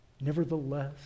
nevertheless